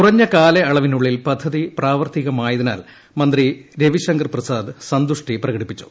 കുറഞ്ഞ കാലയളവിനുള്ളിൽ പദ്ധതി പ്രാവർത്തികമായതിനാൽ മന്ത്രി രവിശങ്കർപ്രസാദ് സന്തുഷ്ടി പ്രകടിപ്പിച്ചു